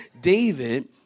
David